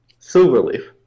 Silverleaf